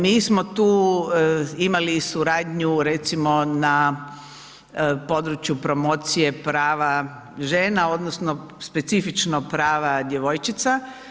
Mi smo tu imali i suradnju recimo na području promocije prava žena odnosno specifično prava djevojčica.